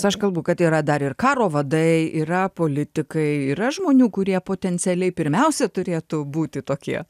aš kalbu kad yra dar ir karo vadai yra politikai yra žmonių kurie potencialiai pirmiausia turėtų būti tokie